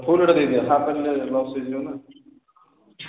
ଫୁଲ୍ଟେ ଦେଇଦିଅ ହାପ୍ ହେଲେ ଲସ୍ ହେଇଯିବ ନା